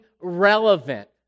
relevant